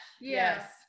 Yes